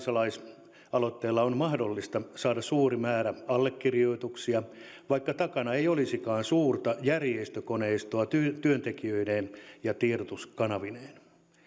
kansalaisaloitteeseen on mahdollista saada suuri määrä allekirjoituksia vaikka takana ei olisikaan suurta järjestökoneistoa työntekijöineen ja tiedotuskanavineen